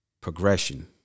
progression